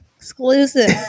exclusive